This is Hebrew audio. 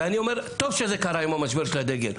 ואני אומר, טוב שזה קרה עם המשבר של הדגל.